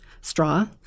straw